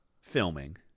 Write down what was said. filming